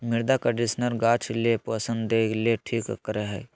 मृदा कंडीशनर गाछ ले पोषण देय ले ठीक करे हइ